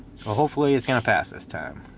so hopefully it's gonna pass this time